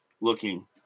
looking